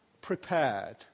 prepared